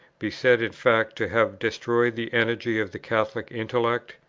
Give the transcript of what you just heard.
be said in fact to have destroyed the energy of the catholic intellect?